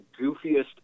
goofiest